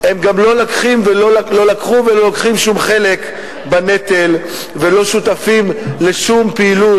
הם גם לא לקחו ולא לוקחים שום חלק בנטל ולא שותפים לשום פעילות,